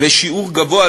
ושיעור גבוה,